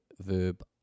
verb